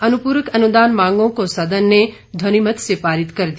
अनुपूरक अनुदान मांगों को सदन ने ध्वनिमत से पारित कर दिया